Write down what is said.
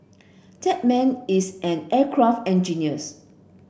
that man is an aircraft engineers